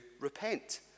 repent